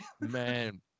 man